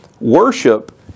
worship